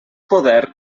poder